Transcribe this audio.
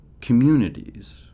communities